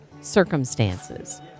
circumstances